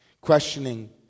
Questioning